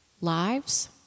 lives